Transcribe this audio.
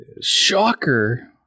Shocker